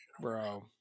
bro